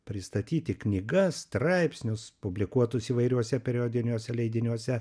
pristatyti knygas straipsnius publikuotus įvairiuose periodiniuose leidiniuose